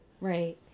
Right